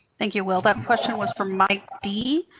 thank you, will. that question was from mike dee,